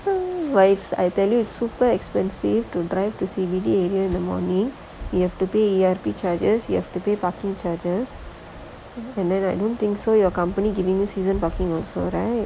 wives I tell you it's super expensive to drive to C_B_D area in the morning you have to be pay E_R_P charges you have to pay parking charges and then I don't think so your company giving season parking also right